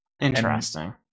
Interesting